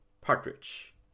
Partridge